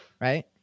Right